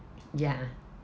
ya